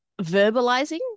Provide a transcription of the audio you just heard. verbalizing